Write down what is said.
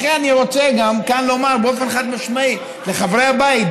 לכן אני רוצה גם כאן לומר באופן חד-משמעי לחברי הבית,